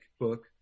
book